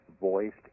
voiced